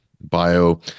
bio